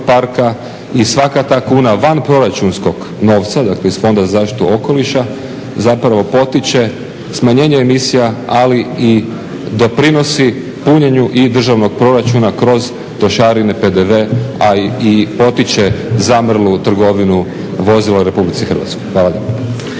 parka i svaka ta kuna vanproračunskog novca dakle iz Fonda za zaštitu okoliša zapravo potiče smanjenje emisija, ali i doprinosi punjenju i državnog proračuna kroz trošarine, PDV, a i potiče zamrlu trgovinu vozila u RH. Hvala